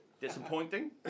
Disappointing